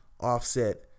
offset